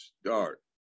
start